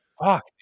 Fuck